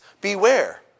Beware